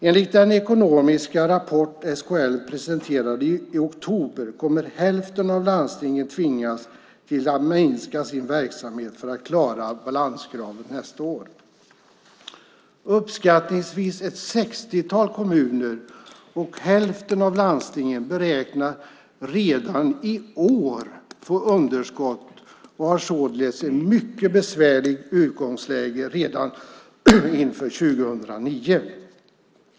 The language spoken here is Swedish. Enligt den ekonomiska rapport SKL presenterade i oktober kommer hälften av landstingen att tvingas minska sin verksamhet för att klara balanskravet nästa år. Uppskattningsvis beräknar ett 60-tal kommuner och hälften av landstingen att de redan i år får underskott och har således ett mycket besvärligt utgångsläge inför 2009.